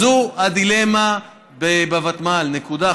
זאת הדילמה בוותמ"ל, נקודה.